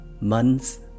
months